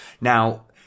Now